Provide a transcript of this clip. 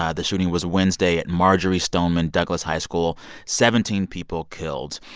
ah the shooting was wednesday at marjory stoneman douglas high school seventeen people killed.